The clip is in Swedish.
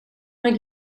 med